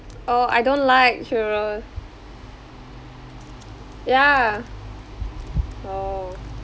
oh I don't like churro ya oh